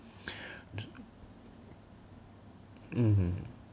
mmhmm